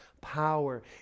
power